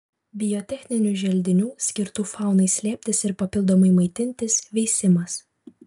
biotechninių želdinių skirtų faunai slėptis ir papildomai maitintis veisimas